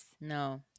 No